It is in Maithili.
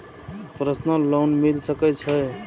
प्रसनल लोन मिल सके छे?